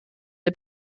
der